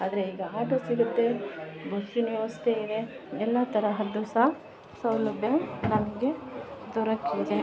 ಆದ್ರೆ ಈಗ ಆಟೋ ಸಿಗುತ್ತೆ ಬಸ್ಸಿನ ವ್ಯವಸ್ಥೆ ಇದೆ ಎಲ್ಲ ತರಹದ್ದು ಸಹ ಸೌಲಭ್ಯ ನಮಗೆ ದೊರಕಿದೆ